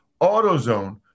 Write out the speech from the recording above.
AutoZone